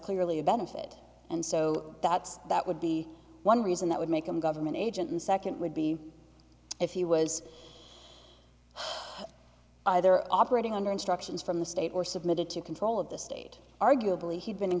clearly a benefit and so that's that would be one reason that would make him a government agent and second would be if he was either operating under instructions from the state or submitted to control of the state arguably he'd been in